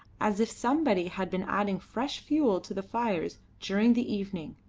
as if somebody had been adding fresh fuel to the fires during the evening.